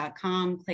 click